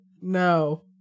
No